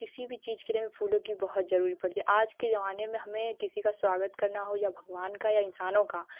किसी भी चीज़ के लिए फूलों की बहुत ज़रूरत पड़ती है आज के ज़माने में हमें किसी का स्वागत करना हो या है भगवान का इंसानों का